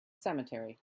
cemetery